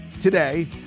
today